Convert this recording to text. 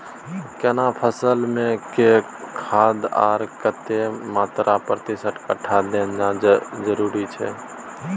केना फसल मे के खाद आर कतेक मात्रा प्रति कट्ठा देनाय जरूरी छै?